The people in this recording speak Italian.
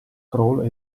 crawl